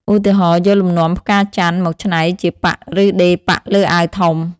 ឧទាហរណ៍ យកលំនាំផ្កាចន្ទន៍មកច្នៃជាប៉ាក់ឬដេរប៉ាក់លើអាវធំ។